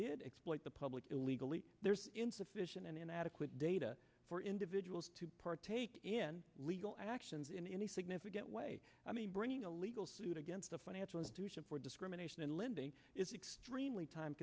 did exploit the public illegally there's insufficient and inadequate data for individuals to partake in legal actions in any significant way i mean bringing a legal suit against a financial institution for discrimination in lending is extremely time